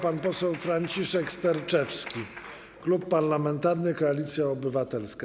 Pan poseł Franciszek Sterczewski, Klub Parlamentarny Koalicja Obywatelska.